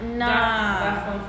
nah